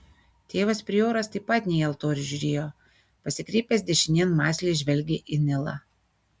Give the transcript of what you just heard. tėvas prioras taip pat ne į altorių žiūrėjo pasikreipęs dešinėn mąsliai žvelgė į nilą